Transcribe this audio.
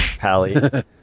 pally